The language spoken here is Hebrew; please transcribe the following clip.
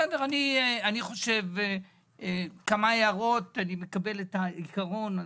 בסדר, אני מקבל את העיקרון.